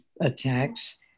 attacks